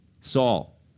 Saul